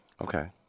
Okay